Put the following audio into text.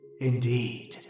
Indeed